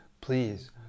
please